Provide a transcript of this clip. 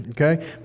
Okay